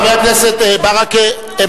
חבר הכנסת ברכה,